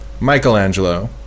michelangelo